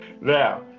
Now